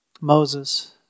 Moses